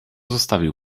zostawił